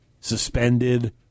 suspended